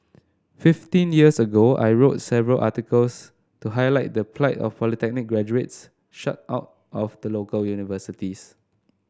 fifteen years ago I wrote several articles to highlight the plight of polytechnic graduates shut out of the local universities